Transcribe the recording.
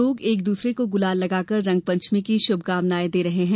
लोग एक दूसरे को गुलाल लगाकर रंगपंचमी की शुभकामनायें दे रहे हैं